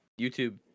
youtube